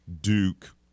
Duke